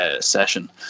Session